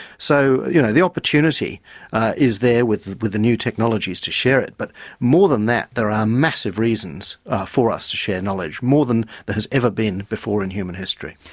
so you know the opportunity is there with with the new technologies to share it. but more than that, there are massive reasons for us to share knowledge. more than there has ever been before in human history.